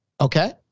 Okay